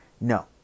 No